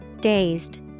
Dazed